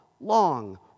long